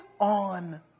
on